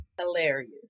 Hilarious